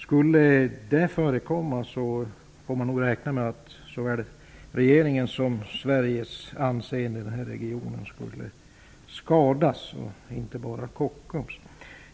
Om sådant skulle förekomma får man nog räkna med att såväl regeringens som Sveriges anseende i den här regionen skulle skadas -- inte bara Kockums.